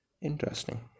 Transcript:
Interesting